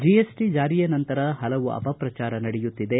G S T ಜಾರಿಯ ನಂತರ ಪಲವು ಅಪಪ್ರಚಾರ ನಡೆಯುತ್ತಿದೆ